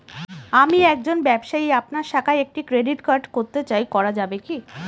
আমি একজন ব্যবসায়ী আপনার শাখায় একটি ক্রেডিট কার্ড করতে চাই করা যাবে কি?